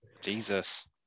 Jesus